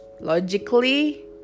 Logically